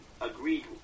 agreed